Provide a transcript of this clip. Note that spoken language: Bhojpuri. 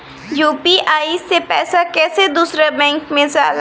यू.पी.आई से पैसा कैसे दूसरा बैंक मे जाला?